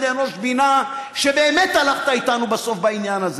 לאנוש בינה" שבאמת הלכת איתנו בסוף בעניין הזה.